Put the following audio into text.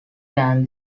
than